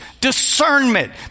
discernment